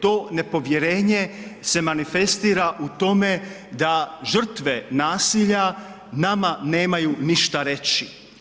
To nepovjerenje se manifestira u tome da žrtve nasilja nama nemaju ništa reći.